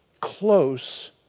close